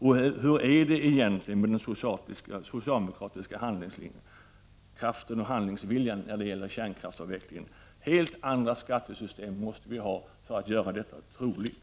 Hur är det egentligen med den socialdemokratiska handlingskraften och handlingsviljan när det gäller kärnkraftsavvecklingen? Vi måste ha ett helt annat skattesystem för att detta skall vara trovärdigt.